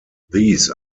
these